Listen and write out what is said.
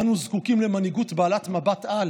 אנו זקוקים למנהיגות בעלת מבט על,